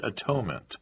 atonement